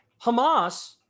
Hamas